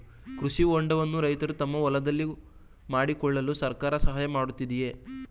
ಕೃಷಿ ಹೊಂಡವನ್ನು ರೈತರು ತಮ್ಮ ಹೊಲದಲ್ಲಿ ಮಾಡಿಕೊಳ್ಳಲು ಸರ್ಕಾರ ಸಹಾಯ ಮಾಡುತ್ತಿದೆಯೇ?